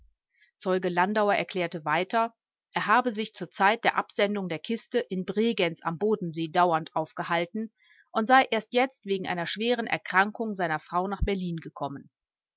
zeuge landauer erklärte weiter er habe sich zur zeit der absendung der kiste in bregenz am bodensee dauernd aufgehalten und sei erst jetzt wegen einer schweren erkrankung seiner frau nach berlin gekommen